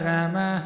Rama